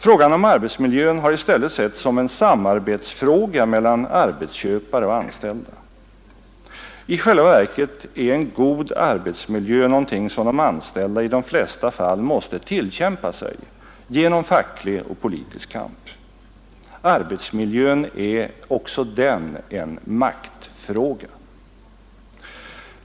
Frågan om arbetsmiljön har setts som en samarbetsfråga mellan arbetsköpare och anställda. I själva verket är en god arbetsmiljö någonting som de anställda i de flesta fall måste tillkämpa sig genom facklig och politisk kamp. Arbetsmiljön är också den en maktfråga.